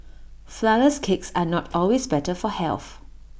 Flourless Cakes are not always better for health